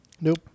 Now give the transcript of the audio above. Nope